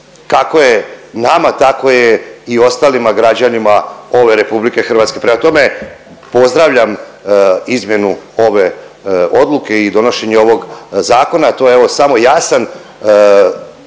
Kako je nama tako je i ostalim građanima ove RH. Prema tome, pozdravljam izmjenu ove odluke i donošenje ovog zakona. To je evo samo jasan